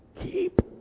keep